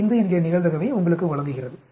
0595 என்கிற நிகழ்தகவை உங்களுக்கு வழங்குகிறது